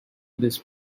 this